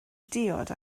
diod